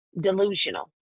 delusional